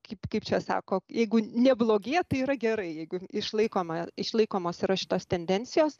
kaip kaip čia sako jeigu neblogėja tai yra gerai jeigu išlaikoma išlaikomos yra šitos tendencijos